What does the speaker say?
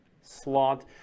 slot